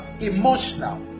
emotional